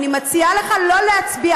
אני מציעה לך לא להצביע.